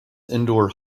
indoor